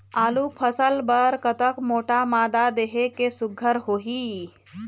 आलू फसल बर कतक मोटा मादा देहे ले सुघ्घर होही?